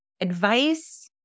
advice